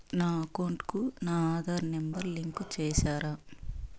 నా అకౌంట్ కు నా ఆధార్ నెంబర్ లింకు చేసారా